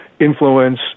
influence